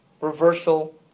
reversal